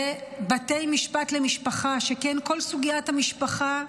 בתי משפט למשפחה, שכן כל סוגיית המשפחה,